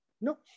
No